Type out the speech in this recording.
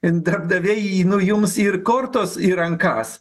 ir darbdaviai nu jums ir kortos į rankas